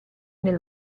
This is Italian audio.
nel